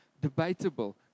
debatable